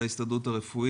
הבעיה